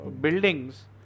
buildings